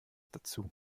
dazu